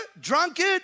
drunkard